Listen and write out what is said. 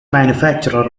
manufacturer